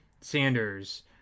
Sanders